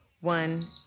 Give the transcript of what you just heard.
one